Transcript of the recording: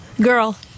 Girl